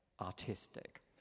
artistic